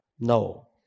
No